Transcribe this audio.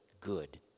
good